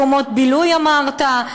מקומות בילוי אמרת,